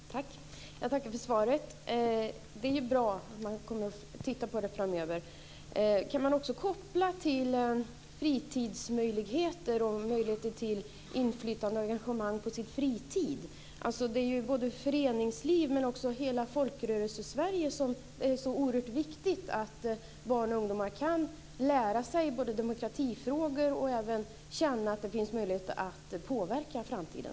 Fru talman! Jag tackar för svaret. Det är bra att man kommer att titta på detta framöver. Kan man också koppla detta till möjligheter till inflytande och engagemang i fritidssysselsättningar? Det är oerhört viktigt att barn och ungdomar i föreningslivet och i hela Folkrörelsesverige kan lära sig demokratifrågor och känna att de har möjligheter att påverka i framtiden.